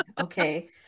okay